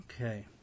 Okay